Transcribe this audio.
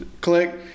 Click